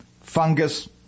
fungus